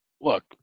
look